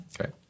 Okay